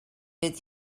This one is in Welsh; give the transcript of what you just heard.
fydd